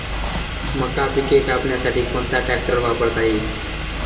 मका पिके कापण्यासाठी कोणता ट्रॅक्टर वापरता येईल?